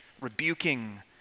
rebuking